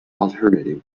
alternative